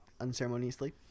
unceremoniously